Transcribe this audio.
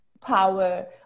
power